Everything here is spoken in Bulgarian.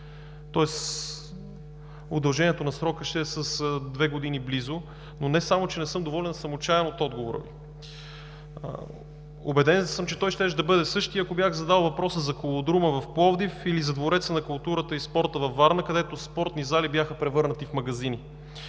тоест удължението на срока ще е с близо две години. Но не само че не съм доволен, а съм отчаян от отговора Ви. Убеден съм, че той щеше да бъде същият, ако бях задал въпроса за Колодрума в Пловдив или за Двореца на културата и спорта във Варна, където спортни зали бяха превърнати в магазини.